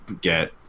get